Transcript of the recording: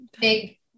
big